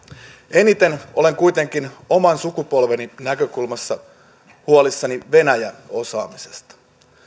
eniten olen kuitenkin oman sukupolveni näkökulmasta huolissani venäjä osaamisesta